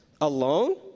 alone